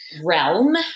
realm